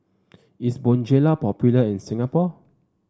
is Bonjela popular in Singapore